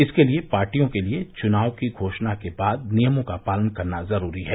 इसके लिए पार्टियों के लिए चुनाव की घोषणा के बाद नियमों का पालन करना जरूरी है